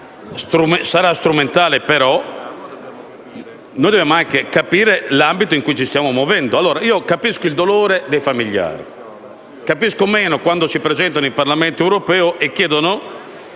Sarà strumentale, però noi vorremmo capire l'ambito in cui ci stiamo muovendo. Capisco il dolore dei familiari, ma capisco meno quando si presentano al Parlamento europeo e chiedono